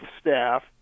staff